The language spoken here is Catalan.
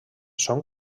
són